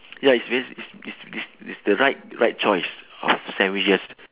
ya it's very it's it's it's it's the right right choice of sandwiches